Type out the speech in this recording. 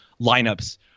lineups